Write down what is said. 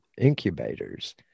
incubators